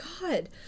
god